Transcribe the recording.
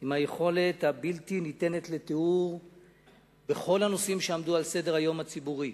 עם היכולת הבלתי ניתנת לתיאור בכל הנושאים שעמדו על סדר-היום הציבורי,